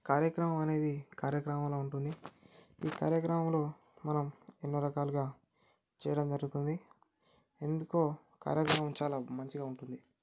కార్యక్రమం అనేది కార్యక్రమంలా ఉంటుంది ఈ కార్యక్రమంలో మనం ఎన్నో రాకలుగా చేయడం జరుగుతుంది ఎందుకో కార్యక్రమం చాలా మంచిగా ఉంటుంది